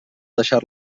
deixar